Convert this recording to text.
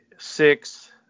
six